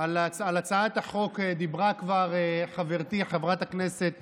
על הצעת החוק כבר דיברה חברתי חברת הכנסת